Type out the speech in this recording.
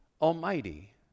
Almighty